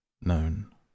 known